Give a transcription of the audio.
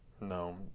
No